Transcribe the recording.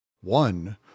One